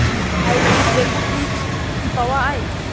Hybrid বেগুন বীজ কি পাওয়া য়ায়?